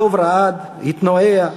// הדוב רעד, התנועע,